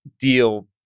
deal